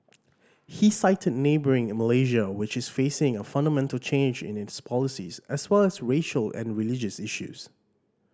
he cited neighbouring Malaysia which is facing a fundamental change in its policies as well as racial and religious issues